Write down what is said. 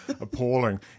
appalling